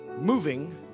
moving